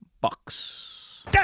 Bucks